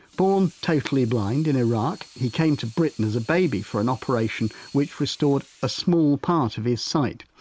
born totally blind in iraq he came to britain as a baby for an operation which restored a small part of his sight.